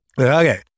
Okay